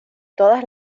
todas